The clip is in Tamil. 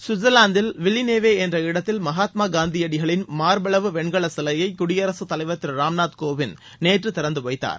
சுவிட்சர்லாந்தில் வில்லிநேவே என்ற இடத்தில் மகாத்மா காந்தியடிகளின் மார்பளவு வெண்கலச் சிலையை குடியரசுத் தலைவர் திரு ராம்நாத் கோவிந்த் நேற்று திறந்து வைத்தார்